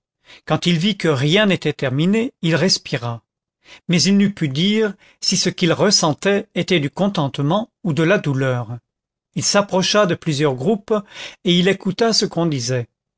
quand il vit que rien n'était terminé il respira mais il n'eût pu dire si ce qu'il ressentait était du contentement ou de la douleur il s'approcha de plusieurs groupes et il écouta ce qu'on disait